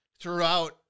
throughout